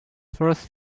first